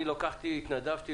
אני התנדבתי,